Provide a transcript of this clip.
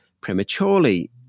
prematurely